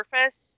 surface